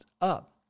up